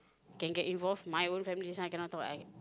can get involved my own family this one I cannot talk I